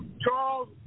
Charles